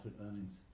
earnings